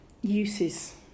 uses